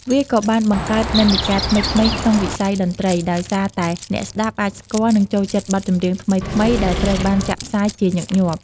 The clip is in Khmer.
វាក៏បាន បង្កើតនិន្នាការថ្មីៗក្នុងវិស័យតន្ត្រី ដោយសារតែអ្នកស្តាប់អាចស្គាល់ និងចូលចិត្តបទចម្រៀងថ្មីៗ ដែលត្រូវបានចាក់ផ្សាយញឹកញាប់។